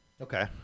Okay